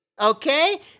okay